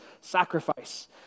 sacrifice